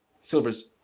Silver's